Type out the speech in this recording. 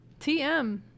TM